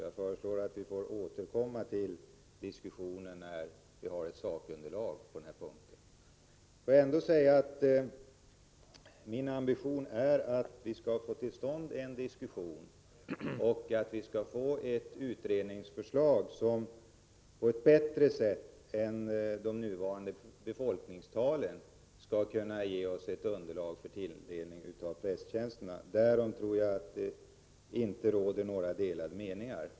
Jag föreslår att vi får återkomma till diskussionen, när vi har ett sakunderlag på den här punkten. Får jag ändå säga att min ambition är att vi skall få till stånd en diskussion och att vi skall få ett utredningsförslag, som på ett bättre sätt än de nuvarande befolkningstalen kan ge oss ett underlag för tilldelning av prästtjänster. Därom tror jag att det inte råder några delade meningar.